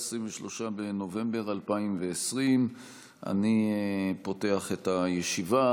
23 בנובמבר 2020. אני פותח את הישיבה.